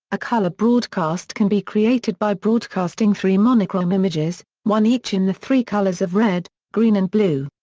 a color broadcast can be created by broadcasting three monochrome images, one each in the three colors of red, green and blue.